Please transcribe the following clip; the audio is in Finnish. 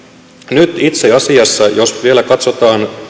nyt itse asiassa jos vielä katsotaan